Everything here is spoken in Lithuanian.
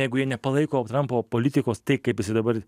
jeigu jie nepalaiko trampo politikos tai kaip jisai dabar